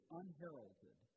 unheralded